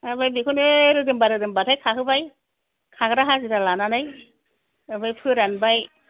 ओमफ्राय बेखौनो रोदोमबा रोदोमबाथाय खाहोबाय खाग्रा हाजिरा लानानै ओमफ्राय फोरानबाय